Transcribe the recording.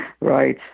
Right